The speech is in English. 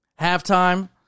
Halftime